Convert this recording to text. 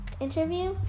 interview